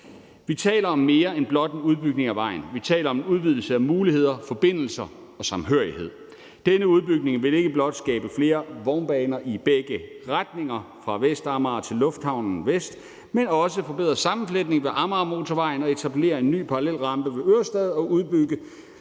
Vi taler om mere end blot en udbygning af vejen. Vi taler om udvidelse af muligheder, forbindelser og samhørighed. Denne udbygning vil ikke blot skabe flere vognbaner i begge retninger fra Vestamager til Lufthavn Vest, men også forbedre sammenfletningen ved Amagermotorvejen, etablere en ny parallelrampe ved Ørestad og udbygge